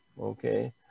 Okay